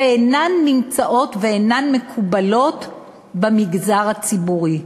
ואינן נמצאות ואינן מקובלות במגזר הציבורי.